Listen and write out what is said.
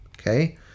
okay